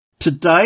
Today